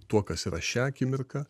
tuo kas yra šią akimirką